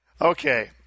Okay